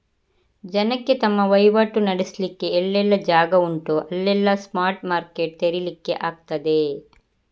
ಜನಕ್ಕೆ ತಮ್ಮ ವೈವಾಟು ನಡೆಸ್ಲಿಕ್ಕೆ ಎಲ್ಲೆಲ್ಲ ಜಾಗ ಉಂಟೋ ಅಲ್ಲೆಲ್ಲ ಸ್ಪಾಟ್ ಮಾರ್ಕೆಟ್ ತೆರೀಲಿಕ್ಕೆ ಆಗ್ತದೆ